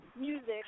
music